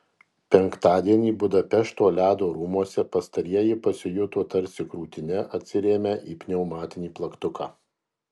penktadienį budapešto ledo rūmuose pastarieji pasijuto tarsi krūtine atsirėmę į pneumatinį plaktuką